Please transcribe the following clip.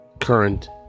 current